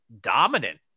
dominant